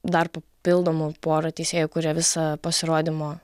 dar papildoma pora teisėjų kurie visą pasirodymo